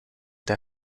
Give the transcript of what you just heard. der